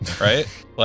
right